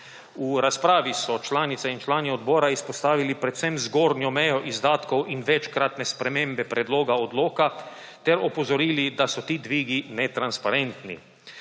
V razpravi so članice in člani odbora izpostavili predvsem zgornjo mejo izdatkov in večkratne spremembe predloga odloka ter opozorili, da so ti dvigi netransparentni.